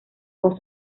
con